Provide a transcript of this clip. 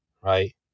right